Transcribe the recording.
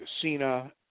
Cena